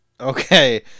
Okay